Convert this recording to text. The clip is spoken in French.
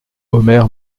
omer